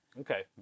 Okay